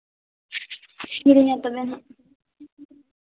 ᱠᱤᱨᱤᱧᱟ ᱛᱚᱵᱮ ᱦᱟᱸᱜ